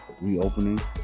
reopening